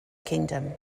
kingdom